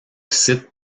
site